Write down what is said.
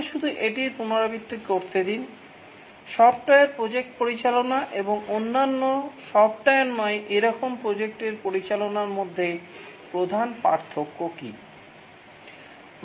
আমাকে শুধু এটির পুনরাবৃত্তি করতে দিন সফ্টওয়্যার প্রজেক্ট পরিচালনা এবং অন্যান্য সফ্টওয়্যার নয় এরকম প্রজেক্টের পরিচালনার মধ্যে প্রধান পার্থক্য কী